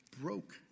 broke